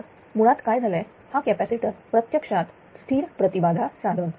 तर मुळात काय झालंय हा कॅपॅसिटर प्रत्यक्षात स्थिर प्रतिबाधा साधन